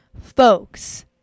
folks